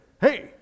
Hey